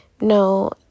No